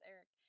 Eric